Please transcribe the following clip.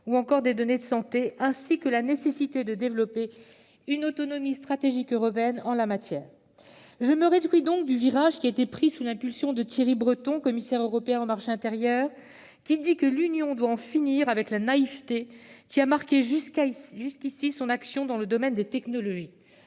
ou des données de santé, ainsi que la nécessité de développer une autonomie stratégique européenne en la matière. Je me réjouis donc du virage qui a été pris sous l'impulsion de Thierry Breton, commissaire européen au marché intérieur, lequel affirme que l'Union doit en finir avec la naïveté ayant marqué jusqu'à présent son action dans le domaine des technologies.